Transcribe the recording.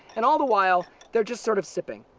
and all the while, they're just sort of sipping.